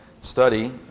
study